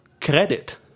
credit